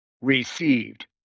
Received